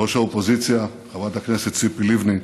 ראש האופוזיציה חברת הכנסת ציפי לבני,